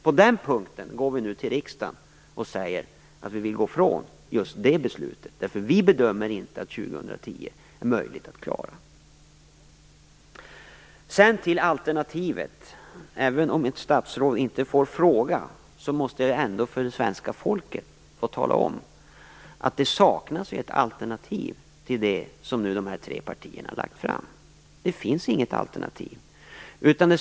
På den punkten går vi nu till riksdagen och säger att vi vill frångå just det beslutet, för vi bedömer inte att det är möjligt att klara detta till år 2010. Även om ett statsråd inte får fråga, måste jag för det svenska folket få tala om att det saknas ett alternativ i det förslag som de här tre partierna har lagt fram. Det finns inget alternativ.